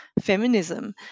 feminism